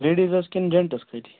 ladies حظ کِنہٕ gents خٲلی